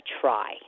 try